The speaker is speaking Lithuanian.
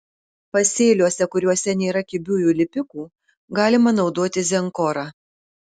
pasėliuose kuriuose nėra kibiųjų lipikų galima naudoti zenkorą